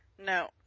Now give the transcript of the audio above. No